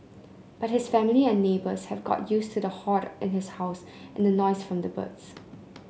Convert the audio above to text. but his family and neighbours have got used to the hoard in his house and noise from the birds